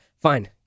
fine